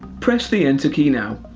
press the enter key now.